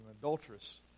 adulteress